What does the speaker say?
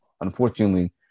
unfortunately